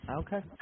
Okay